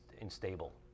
unstable